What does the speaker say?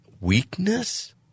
weakness